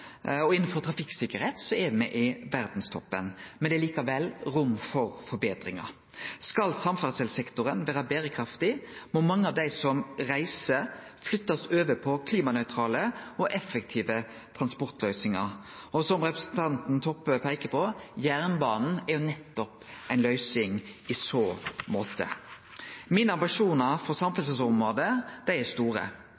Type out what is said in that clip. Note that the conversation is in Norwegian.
og innanfor trafikksikkerheit er me i verdstoppen, men det er likevel rom for forbetringar. Skal samferdselssektoren vere berekraftig, må mange av dei som reiser, flyttast over på klimanøytrale og effektive transportløysingar. Og som representanten Toppe peiker på: Jernbanen er jo nettopp ei løysing i så måte. Mine ambisjonar for